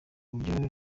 buryo